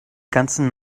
ganzen